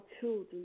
children